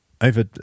over